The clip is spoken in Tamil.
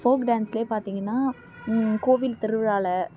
ஃபோக் டான்ஸ்லேயே பார்த்தீங்கன்னா கோவில் திருவிழாவில்